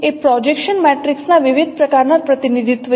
એ projection મેટ્રિક્સના વિવિધ પ્રકારનાં પ્રતિનિધિત્વ છે